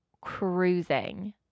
cruising